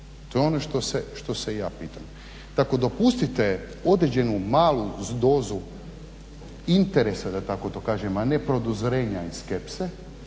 to je ono što se ja pitam. Tako dopustite određenu malu dozu interesa da tako to kažem, a ne …/Ne razumije se./…